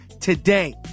today